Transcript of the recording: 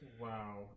wow